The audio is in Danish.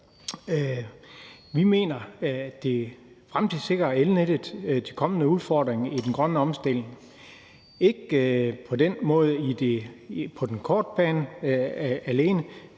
Vi mener, at det fremtidssikrer elnettet til de kommende udfordringer i den grønne omstilling, ikke på den korte bane alene